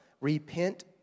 Repent